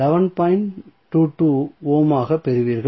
22 ohm ஆகப் பெறுவீர்கள்